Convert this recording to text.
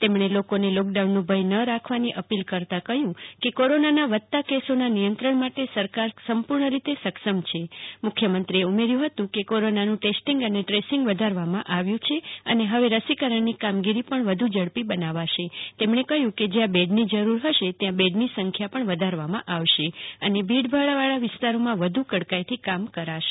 તેમણે લોકોને લોકડાઉનનો ભય ન રાખવાની અપીલ કરતાં કહ્યું કે કોરોનાના વધતાં કેસોના નિયંત્રણ માટે સરકાર સંપૂર્ણ રીતે સક્ષમ છે મુખ્યમંત્રીએ ઉમેર્યું હતું કે કોરોનાનું ટેસ્ટિંગ અને ટ્રેસિંગ વધારવામાં આવ્યું છે અને હવે રસીકરણની કામગીરી પણ વધુ ઝડપી બનાવાશે તેમણે કહ્યું કે જ્યાં બેડની જરૂર હશે ત્યાં બેડની સંખ્યા પણ વધારવામાં આવશે અને ભીડભાડવાળા વિસ્તારોમાં વધુ કડકાઈથી કામ કરાશે